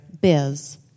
biz